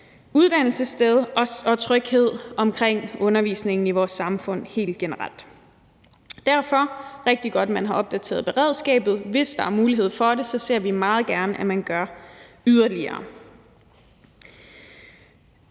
uddannelsessted og tryghed omkring undervisningen i vores samfund helt generelt. Derfor er det rigtig godt, at man har opdateret beredskabet. Hvis der er mulighed for det, ser vi meget gerne, at man gør yderligere.